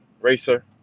racer